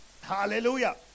hallelujah